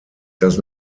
does